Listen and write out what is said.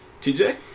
TJ